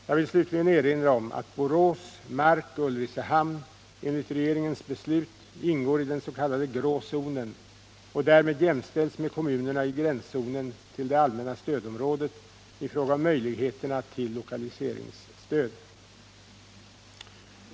Jag vill slutligen erinra om att Borås, Mark och Ulricehamn enligt regeringens beslut ingår i den s.k. grå zonen och därmed jämställs med kommunerna i gränszonen till det allmänna stödområdet i fråga om möjligheterna till lokaliseringsstöd.